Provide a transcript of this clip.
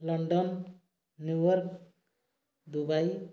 London New York Dubai